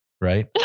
right